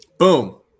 Boom